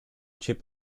chip